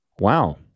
wow